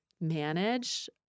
manage